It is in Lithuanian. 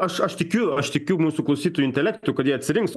aš aš tikiu aš tikiu mūsų klausytojų intelektu kad jie atsirinks